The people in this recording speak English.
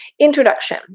Introduction